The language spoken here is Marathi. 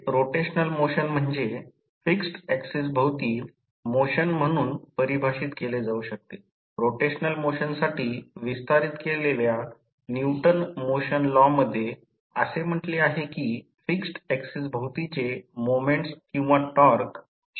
तर आता मी आयर्न लॉस W i आणि संपूर्ण भार कॉपर लॉस W c पूर्ण भार म्हणजे X 1 याचा अर्थ असा आहे की समजा x KVA पूर्ण भारा नुसार अशाप्रकारे जर असे लिहिले तर समजा ट्रान्सफॉर्मर ला काही KVA रेट केले गेले आहे ज्यावर ते कार्यरत आहे